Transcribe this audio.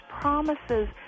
promises